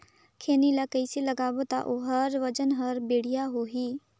खैनी ला कइसे लगाबो ता ओहार वजन हर बेडिया होही?